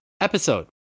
episode